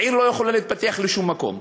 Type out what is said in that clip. העיר לא יכולה להתפתח לשום מקום.